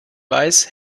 weiß